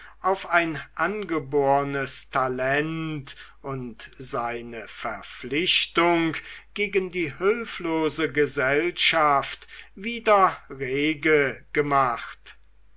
auf ein angeborenes talent und seine verpflichtung gegen die hülflose gesellschaft wieder rege gemacht